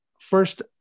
first